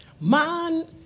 Man